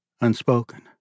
unspoken